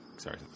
Sorry